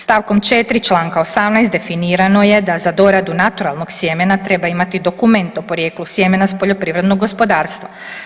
St. 4. čl. 18 definirano je da za doradu naturalnog sjemena treba imati dokument o porijeklu sjemena s poljoprivrednog gospodarstva.